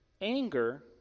Anger